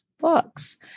books